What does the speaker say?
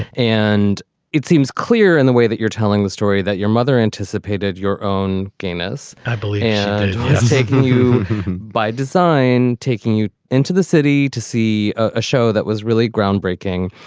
and it seems clear in the way that you're telling the story that your mother anticipated your own gayness i believe in taking you by design, taking you into the city to see a show that was really groundbreaking.